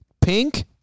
Pink